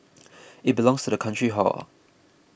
it belongs to the country hor